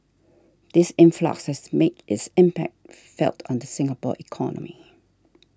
this influx has made its impact felt on the Singapore economy